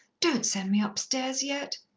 don't send me upstairs yet!